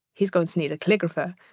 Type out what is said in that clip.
he's going to need a calligrapher,